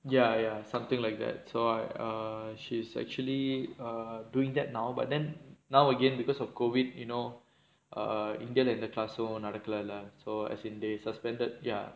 ya ya something like that so she's actually err doing that now but then now again because of COVID you know err india leh எந்த:entha class um நடக்கல எல்ல:nadakkala ella so as in they suspended ya